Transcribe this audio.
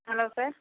hello sir